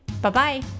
Bye-bye